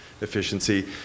efficiency